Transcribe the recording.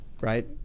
right